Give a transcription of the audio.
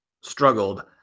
struggled